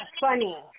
funny